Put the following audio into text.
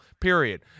period